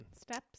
Steps